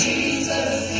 Jesus